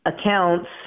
accounts